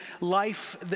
life